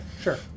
sure